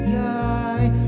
die